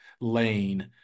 lane